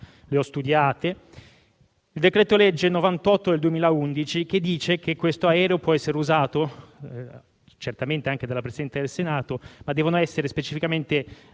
Le ho studiate. Il decreto-legge n. 98 del 2011 dice che l'aereo in questione può essere usato certamente anche dalla Presidente del Senato, ma devono essere specificamente